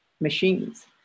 machines